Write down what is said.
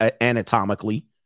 anatomically